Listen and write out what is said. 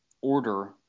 order